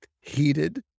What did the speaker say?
heated